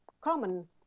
common